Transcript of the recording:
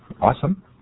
Awesome